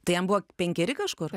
tai jam buvo penkeri kažkur